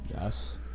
Yes